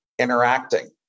interacting